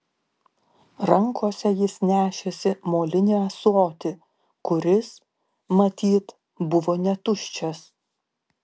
rankose jis nešėsi molinį ąsotį kuris matyt buvo netuščias